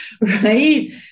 Right